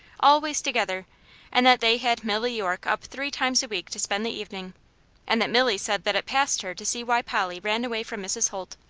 always together and that they had milly york up three times a week to spend the evening and that milly said that it passed her to see why polly ran away from mrs. holt.